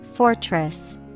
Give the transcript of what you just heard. Fortress